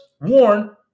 warn